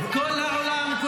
כל העולם,